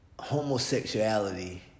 homosexuality